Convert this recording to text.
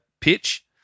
pitch